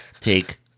Take